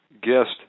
guest